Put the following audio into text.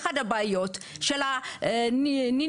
אחת הבעיות של הנינים,